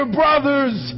brothers